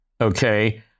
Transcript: okay